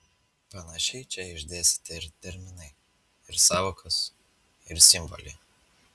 panašiai čia išdėstyti ir terminai ir sąvokos ir simboliai